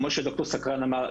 כמו שד"ר סקרן אמר,